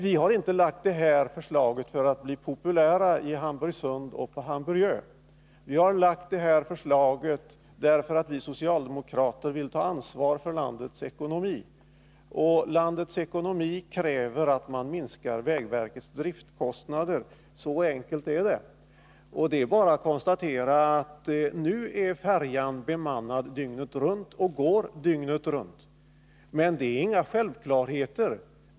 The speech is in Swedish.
Vi har inte lagt fram vårt förslag för att bli populära i Hamburgsund eller på Hamburgön. Vi har lagt fram detta förslag därför att vi socialdemokrater vill ta ansvar för landets ekonomi, och landets ekonomi kräver att man minskar vägverkets driftkostnader. Så enkelt är det. Det är bara att konstatera att färjan i Hamburgsund nu är bemannad dygnet runt och går dygnet runt. Men det är inga självklarheter.